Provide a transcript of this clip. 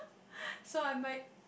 so I might